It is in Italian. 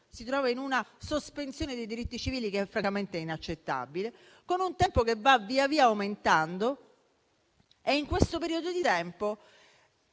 si trova in una sorta di sospensione dei diritti civili che è francamente inaccettabile, con un tempo che va via via aumentando. In questo periodo di tempo